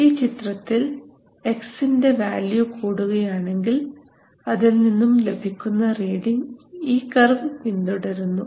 ഈ ചിത്രത്തിൽ X ൻറെ വാല്യൂ കൂടുകയാണെങ്കിൽ അതിൽ നിന്നും ലഭിക്കുന്ന റീഡിങ് ഈ കർവ് പിന്തുടരുന്നു